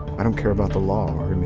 i don't care about the law or i mean